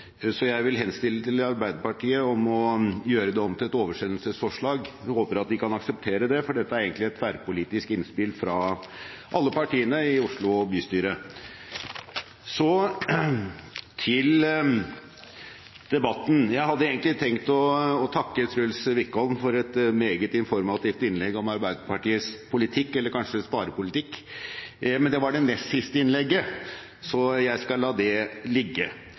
så jeg vil henstille til Arbeiderpartiet å gjøre det om til et oversendelsesforslag. Jeg håper at de kan akseptere det, for dette er egentlig et tverrpolitisk innspill fra alle partiene i Oslo bystyre. Så til debatten. Jeg hadde egentlig tenkt å takke Truls Wickholm for et meget informativt innlegg om Arbeiderpartiets politikk, eller kanskje sparepolitikk, men det var det nest siste innlegget, så jeg skal la det ligge.